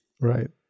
right